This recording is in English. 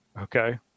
Okay